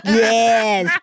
yes